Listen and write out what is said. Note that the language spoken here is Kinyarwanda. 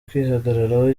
kwihagararaho